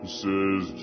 says